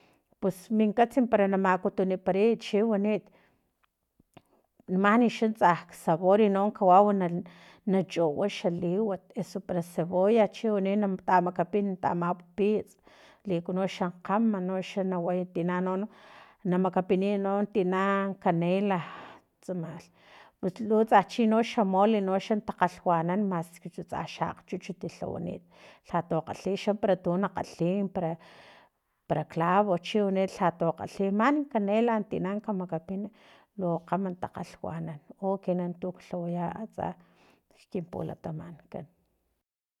Pus minkats para na makutuniparay chiwanit manixa tsa saborino kawau na nachuwa xa xa liwat eso para cebolla chiwani nata makapin nata mapupiy likuno xa kgama noxa na way tina no na makapiniy no tina canela tsamalh puslutsa chi noxa xamole takgalhwanan maski tsa xa akgchuchut lhawanit lhato kgalhi xa para tu na lhalhi nimpara clavo chiwani lhato kgalhi mani canela tina kamakapin lu kgama takgalhwanan u ekinan tu klhawaya atsa kin pulatamankan